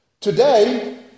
Today